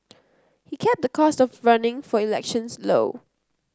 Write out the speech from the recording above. he kept the cost of running for elections low